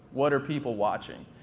what are people watching?